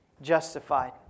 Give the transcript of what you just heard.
justified